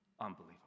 unbelievable